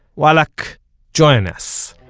wallak join us.